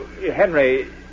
Henry